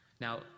now